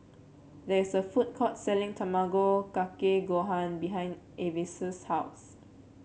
there is a food court selling Tamago Kake Gohan behind Avis' house